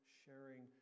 sharing